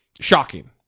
shocking